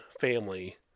family